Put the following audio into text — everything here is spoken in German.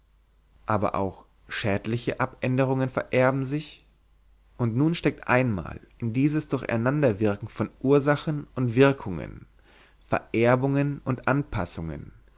aber auch schädliche abänderungen vererben sich und nun steckt einmal in dieses durcheinanderwirken von ursachen und wirkungen vererbungen und anpassungen